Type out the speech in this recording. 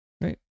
right